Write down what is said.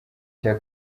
cya